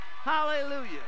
hallelujah